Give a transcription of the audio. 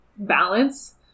balance